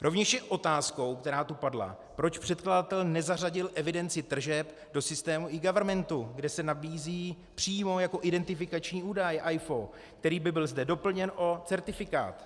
Rovněž je otázkou, která tu padla, proč předkladatel nezařadil evidenci tržeb do systému eGovernmentu, kde se nabízí přímo jako identifikační údaj AIFO, který by byl zde doplněn o certifikát.